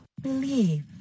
Believe